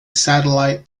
satellite